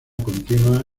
continua